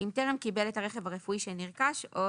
אם טרם קיבל את הרכב הרפואי שנרכש או